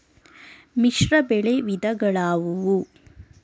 ಮಿಶ್ರಬೆಳೆ ವಿಧಗಳಾವುವು?